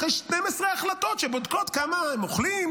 אחרי 12 ההחלטות שבודקות כמה הם אוכלים,